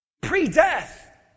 Pre-death